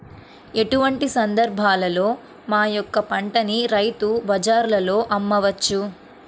ఎటువంటి సందర్బాలలో మా యొక్క పంటని రైతు బజార్లలో అమ్మవచ్చు?